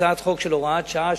הצעת חוק של הוראת שעה,